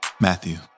Matthew